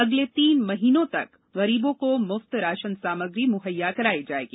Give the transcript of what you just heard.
अगले तीन महिनों तक गरीबों को मुफ़त राशन सामग्री मुहैया कराई जायेगी